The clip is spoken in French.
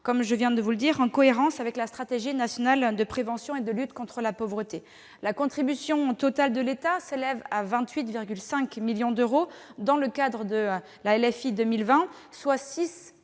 seront financés en 2020, en cohérence avec la stratégie nationale de prévention et de lutte contre la pauvreté. La contribution totale de l'État s'élève à 28,5 millions d'euros dans le cadre de la loi